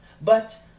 But